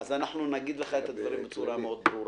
אז אנחנו נגיד לך את הדברים בצורה מאוד ברורה.